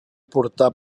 portar